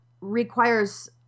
requires